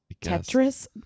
Tetris